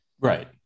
Right